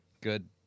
good